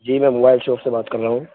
جی میں mobile shop سے بات کر رہا ہوں